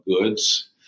goods